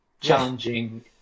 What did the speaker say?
challenging